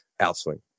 outswing